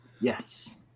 Yes